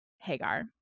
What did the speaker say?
Hagar